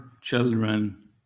children